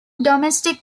domestic